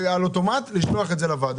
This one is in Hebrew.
באופן אוטומטי צריך לשלוח את זה לוועדה.